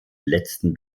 letzten